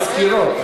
מזכירות.